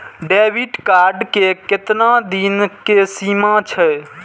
Debit card के केतना दिन के सीमा छै?